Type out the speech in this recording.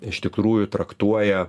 iš tikrųjų traktuoja